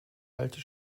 alte